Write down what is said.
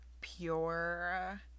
pure